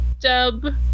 dub